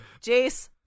Jace